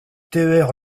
ter